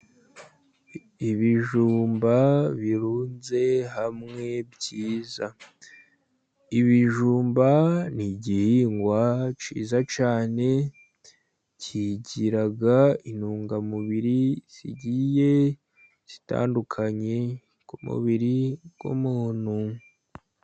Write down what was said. Ibijumba birunze hamwe byiza. Ibijumba ni igihingwa cyiza cyane, kigira intungamubiri zigiye zitandukanye ku mubiri w'umuntu.